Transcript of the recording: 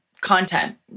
content